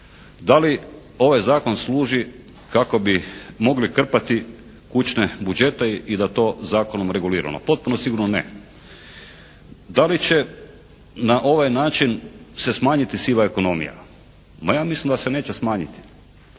Da li ovaj Zakon služi kako bi mogli krpati kućne budžete i da to zakonom reguliramo? Potpuno sigurno ne. Da li će na ovaj način se smanjiti siva ekonomija? Ma ja mislim da se neće smanjiti.